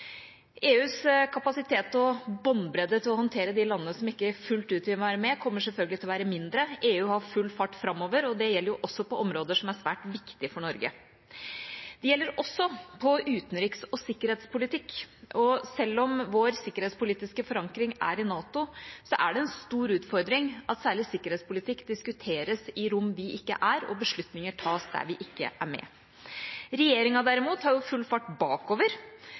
EUs kapasitet og båndbredde til å håndtere de landene som ikke fullt ut vil være med, kommer selvfølgelig til å være mindre. EU har full fart framover, og det gjelder også på områder som er svært viktige for Norge. Det gjelder også på utenriks- og sikkerhetspolitikk, og selv om vår sikkerhetspolitiske forankring er i NATO, er det en stor utfordring at særlig sikkerhetspolitikk diskuteres i rom vi ikke er, og beslutninger tas der vi ikke er med. Regjeringa derimot har full fart bakover.